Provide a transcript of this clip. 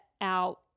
out